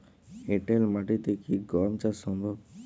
এঁটেল মাটিতে কি গম চাষ সম্ভব?